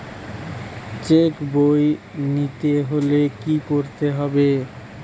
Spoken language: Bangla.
চেক বই নিতে হলে কি করতে হবে?